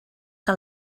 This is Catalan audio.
que